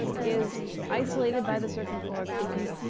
is isolated by the circumpolar current.